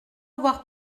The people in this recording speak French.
avoir